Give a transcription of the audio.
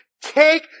Take